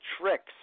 tricks